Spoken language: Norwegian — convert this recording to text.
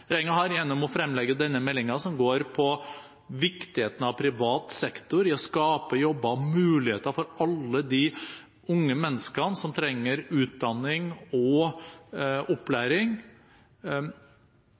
har gjennom å fremlegge denne meldingen, som går på viktigheten av privat sektor når det gjelder å skape jobber og muligheter for alle de unge menneskene som trenger utdanning og